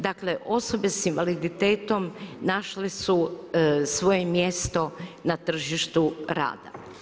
Dakle, osobe s invaliditetom našle su svoje mjesto na tržištu rada.